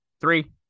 three